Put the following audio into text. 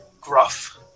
gruff